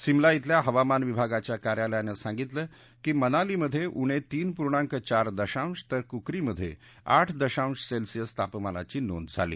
सिमला केल्या हवामान विभागाच्या कार्यालयानं सांगितलं की मनालीमधे उणे तीन पूर्णांक चार दशांश तर कुकरीमध्ये आठ दशांश सेल्सिअस तापमानाची नोंद झाली